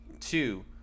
two